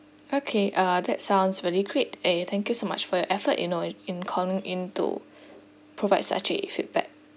okay uh that sounds really great eh thank you so much for your effort you know in calling in to provide such as a feedback